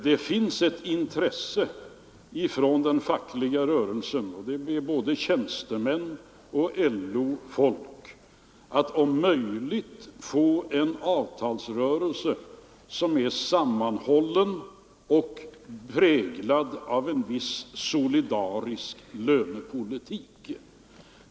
Det finns ett intresse från den fackliga rörelsen — det gäller både tjänstemän och LO folk —- att om möjligt få en avtalsrörelse som är sammanhållen och präglad av en viss solidarisk lönepolitik.